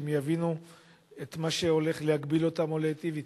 כדי שהם יבינו את מה שהולך להגביל אותם או להיטיב אתם.